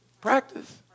Practice